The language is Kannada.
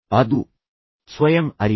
ಆದ್ದರಿಂದ ಅದು ಸ್ವಯಂ ಅರಿವು